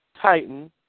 Titan